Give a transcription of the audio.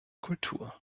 kultur